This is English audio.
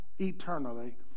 eternally